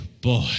boy